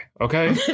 okay